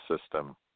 system